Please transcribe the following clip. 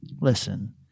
Listen